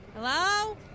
Hello